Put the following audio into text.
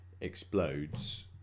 explodes